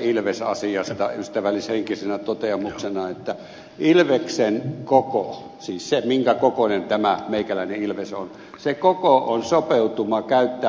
ilvesasiasta ystävällishenkisenä totea muksena että ilveksen koko siis se minkä kokoinen tämä meikäläinen ilves on on sopeutuma käyttää metsäkauriita ravintona